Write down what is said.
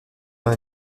dans